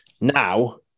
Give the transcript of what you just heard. now